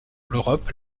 l’europe